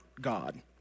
God